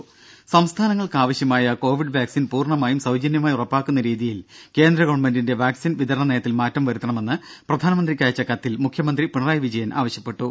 ദ്ദേ സംസ്ഥാനങ്ങൾക്കാവശ്യമായ covid vaccine പൂർണമായും സൌജന്യമായി ഉറപ്പാക്കുന്ന രീതിയിൽ കേന്ദ്ര ഗവൺമെന്റിന്റെ വാക്സിൻ വിതരണ നയത്തിൽ മാറ്റം വരുത്തണമെന്ന് പ്രധാനമന്ത്രിക്കയച്ച കത്തിൽ മുഖ്യമന്ത്രി പിണറായി വിജയൻ ആവശ്യപ്പെട്ടു